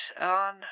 on